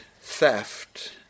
theft